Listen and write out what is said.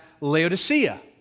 Laodicea